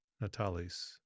Natalis